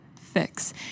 fix